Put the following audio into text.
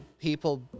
people